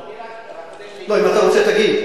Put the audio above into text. לא, אני רק רוצה, לא, אם אתה רוצה, תגיד.